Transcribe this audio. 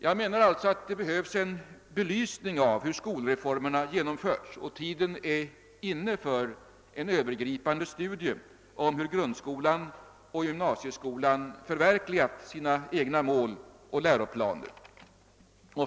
Jag menar alltså att det behövs en belysning av hur skolreformerna har genomförts och att tiden är inne för ett övergripande studium av hur grundskolan och gymnasieskolan förverkligar sina egna mål och läroplaner.